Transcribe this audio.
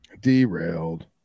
Derailed